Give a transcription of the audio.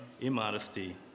immodesty